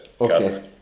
Okay